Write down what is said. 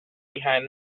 behind